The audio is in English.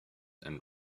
and